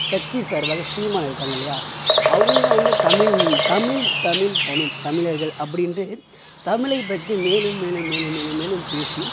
கட்சி சார்பாக சீமான் இருக்காங்க இல்லையா அவங்க வந்து தமிழ் தமிழ் தமிழ் தமிழ் தமிழர்கள் அப்படின்ட்டு தமிழை பற்றி மேலும் மேலும் மேலும் மேலும் மேலும் பேசி